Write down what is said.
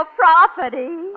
property